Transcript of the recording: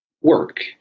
work